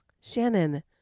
Shannon